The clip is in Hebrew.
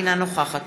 אינה נוכחת